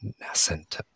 nascent